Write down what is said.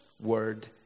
Word